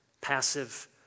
passive